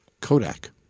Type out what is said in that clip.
Kodak